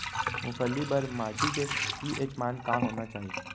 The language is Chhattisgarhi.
मूंगफली बर माटी के पी.एच मान का होना चाही?